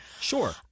Sure